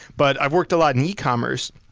but i've worked a lot in e commerce.